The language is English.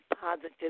positive